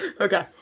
Okay